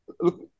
look